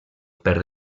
per